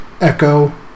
Echo